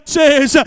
says